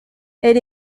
elle